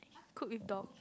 cook with dog